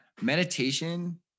meditation